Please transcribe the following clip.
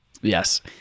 Yes